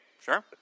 Sure